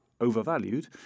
overvalued